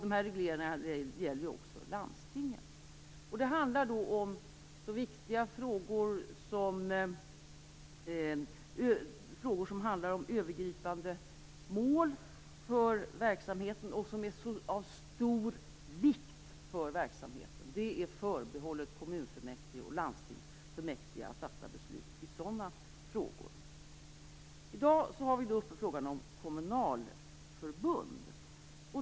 Dessa regleringar gäller också landstingen. Det handlar om viktiga frågor som gäller övergripande mål för verksamheten och som är av stor vikt för verksamheten. Det är förbehållet kommunfullmäktige och landstingsfullmäktige att fatta beslut i sådana frågor. I dag behandlar vi frågan om kommunalförbund.